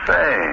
Say